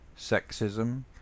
sexism